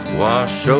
wash